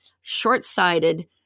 short-sighted